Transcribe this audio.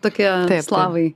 tokie slavai